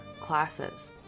classes